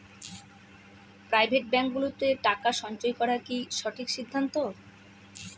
Private ব্যাঙ্কগুলোতে টাকা সঞ্চয় করা কি সঠিক সিদ্ধান্ত?